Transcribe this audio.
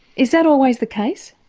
is that always the case?